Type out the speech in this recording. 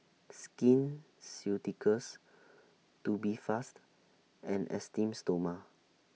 Skin Ceuticals Tubifast and Esteem Stoma